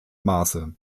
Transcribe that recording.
maße